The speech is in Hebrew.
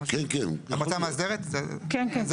כן, כן.